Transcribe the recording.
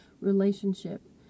relationship